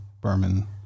Berman